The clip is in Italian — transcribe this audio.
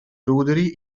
ruderi